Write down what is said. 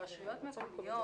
הרשויות המקומיות